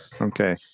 okay